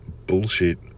Bullshit